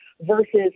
versus